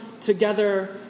together